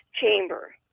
chamber